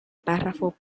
párrafo